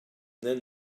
then